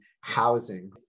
Housing